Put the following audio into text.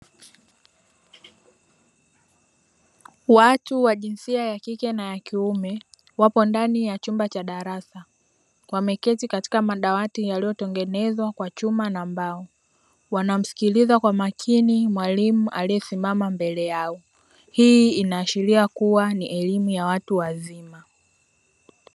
Watu wa jinsia ya kike na kiume wapo katika chumba cha darasa, wameketi katika madawati yaliyotengenezwa kwa chuma na mbao, wanamsikiliza kwa makini mwalimu aliyesimama mbele yao. Hii inaashiria kuwa ni elimu ya watu wazima.